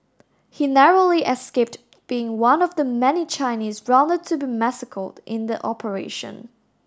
he narrowly escaped being one of the many Chinese rounded to be massacred in the operation